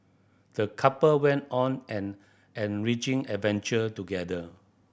the couple went on an enriching adventure together